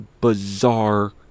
bizarre